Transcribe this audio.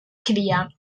criar